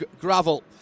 gravel